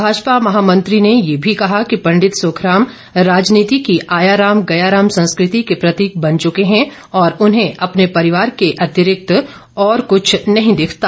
भाजपा महामंत्री ने ये भी कहा कि पंडित सुखराम राजनीति की आयाराम गयाराम संस्कृति के प्रतीक बन चुके हैं और उन्हें अपने परिवार के अतिरिक्त और क्छ नहीं दिखता